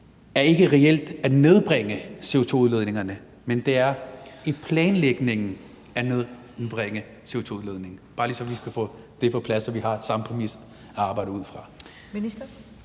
ikke reelt er at nedbringe CO2-udledningerne, men det er i planlægningen af nedbringningen af CO2-udledningen. Det er bare for at få det på plads, så vi har den samme præmis at arbejde ud fra.